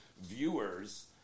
viewers